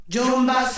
¡Jumba